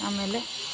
ಆಮೇಲೆ